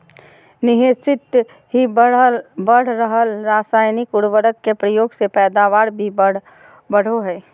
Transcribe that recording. निह्चित ही बढ़ रहल रासायनिक उर्वरक के प्रयोग से पैदावार भी बढ़ो हइ